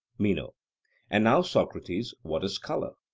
meno and now, socrates, what is colour?